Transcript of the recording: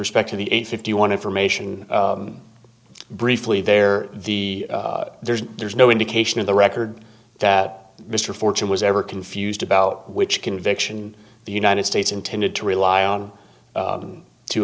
respect to the eight fifty one information briefly there the there's there's no indication of the record that mr fortune was ever confused about which conviction the united states intended to rely on